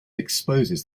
exposes